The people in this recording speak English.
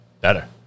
better